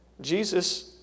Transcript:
Jesus